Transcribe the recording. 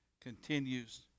continues